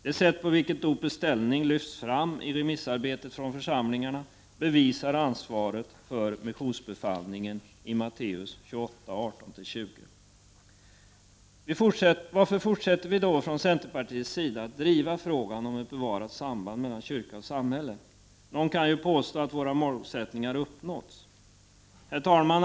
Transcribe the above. Det sätt på vilket dopets ställning lyfts fram i remissarbete från församlingarna bevisar ansvaret för missionsbefallningen i Matteus 28:18-20. Varför fortsätter vi då från centerpartiets sida att driva frågan om ett bevarat samband mellan kyrka och samhälle? Någon kan ju påstå att våra målsättningar har uppnåtts. Herr talman!